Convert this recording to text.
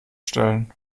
stellen